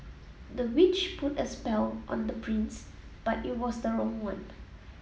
the witch put a spell on the prince but it was the wrong one